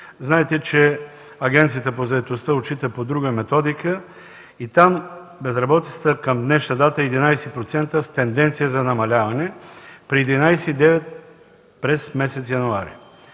Знаете, че Агенцията по заетостта отчита по друга методика и там безработицата към днешна дата е 11% с тенденция за намаляване, при 11,9 през месец януари.